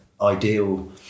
ideal